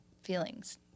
feelings